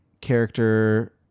character